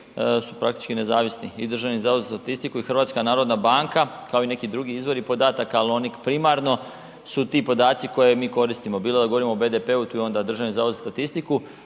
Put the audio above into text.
su praktički nezavisni i Državni zavod za statistiku i HNB kao i neki drugi izvori podataka, ali oni primarno su ti podaci koje mi koristimo, bilo da govorimo o BDP-u tu je onda Državni zavod za statistiku,